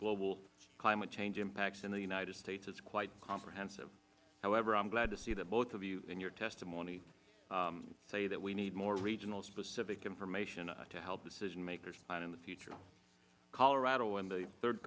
global climate change impacts in the united states is quite comprehensive however i am glad to see that both of you in your testimony say that we need more regional specific information to help decision makers plan in the future colorado and the third